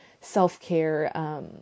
self-care